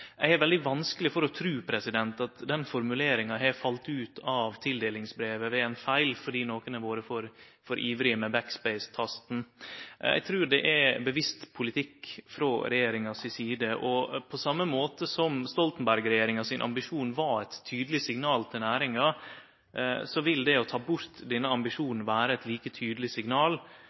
Eg har svært vanskeleg for å tru at den formuleringa har falle ut av tildelingsbrevet ved ein feil fordi nokon har vore for ivrige med backspace-tasten. Eg trur det er bevisst politikk frå regjeringa si side. På same måte som Stoltenberg-regjeringa sin ambisjon var eit tydeleg signal til næringa, vil det å ta bort denne ambisjonen vere eit like tydeleg signal